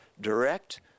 direct